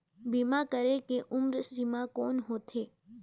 बीमा करे के उम्र सीमा कौन होथे?